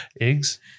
Eggs